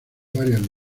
varias